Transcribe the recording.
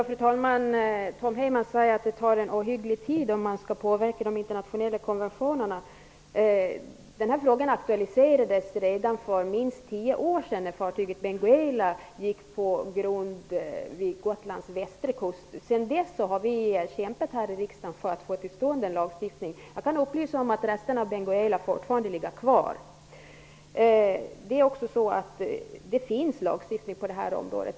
Fru talman! Tom Heyman sade att det tar en ohygglig tid om man skall påverka de internationella konventionerna. Denna fråga aktualiserades för minst tio år sedan, när fartyget Sedan dess har vi kämpat här i riksdagen för att få till stånd en lagstiftning. Jag kan upplysa om att resterna av Benguela fortfarande ligger kvar. Det finns lagstiftning på detta område.